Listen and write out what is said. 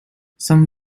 some